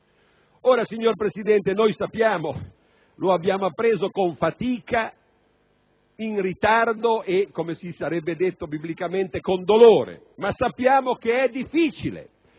Ora, signor Presidente, noi sappiamo (lo abbiamo appreso con fatica, in ritardo e, come si sarebbe detto biblicamente, con dolore) che è difficile,